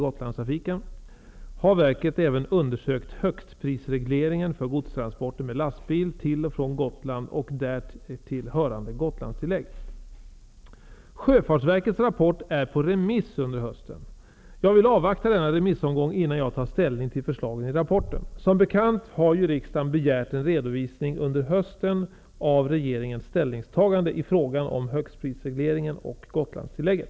Gotlandstrafiken'' har verket även undersökt högstprisregleringen för godstransporter med lastbil till och från Gotland och därtill hörande Sjöfartsverkets rapport är på remiss under hösten. Jag vill avvakta denna remissomgång innan jag tar ställning till förslagen i rapporten. Som bekant har ju riksdagen begärt en redovisning under hösten av regeringens ställningstagande i frågan om högstprisregleringen och Gotlandstillägget.